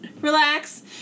relax